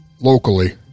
locally